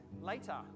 later